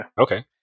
Okay